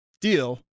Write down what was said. deal